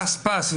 פס-פס,